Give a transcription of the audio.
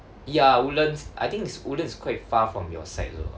ya woodlands I think is woodlands is quite far from your side also